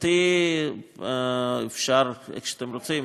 מבחינתי אפשר איפה שאתם רוצים.